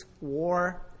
war